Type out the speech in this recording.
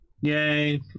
Yay